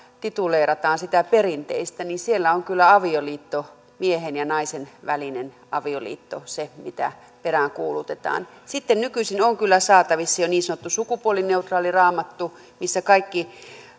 siteerataan sitä perinteistä niin siellä on kyllä miehen ja naisen välinen avioliitto se mitä peräänkuulutetaan sitten nykyisin on kyllä saatavissa jo niin sanottu sukupuolineutraali raamattu jossa kaikki